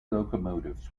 locomotives